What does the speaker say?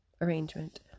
arrangement